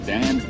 Dan